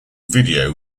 video